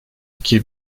iki